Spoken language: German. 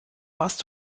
warst